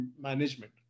management